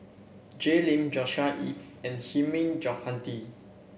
Jay Lim Joshua Ip and Hilmi Johandi